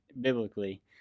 biblically